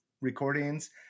recordings